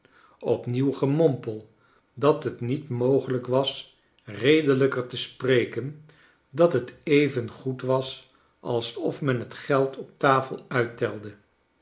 opnieuw gemompel dat het niet mogelijk was redelijker te spreken dat het even goed was als of men het geld op tafel uittelde